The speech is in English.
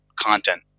content